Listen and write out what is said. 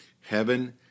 Heaven